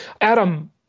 Adam